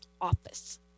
office